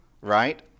right